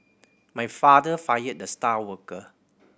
my father fired the star worker